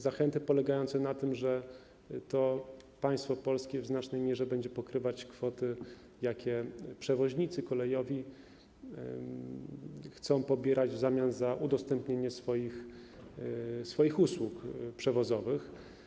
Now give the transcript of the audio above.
Zachęty polegające na tym, że to państwo polskie w znacznej mierze będzie pokrywać kwoty, jakie przewoźnicy kolejowi chcą pobierać w zamian za udostępnienie swoich usług przewozowych.